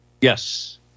Yes